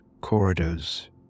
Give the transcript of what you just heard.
corridors